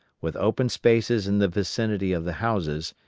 with open spaces in the vicinity of the houses,